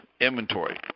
inventory